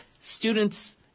students